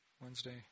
Wednesday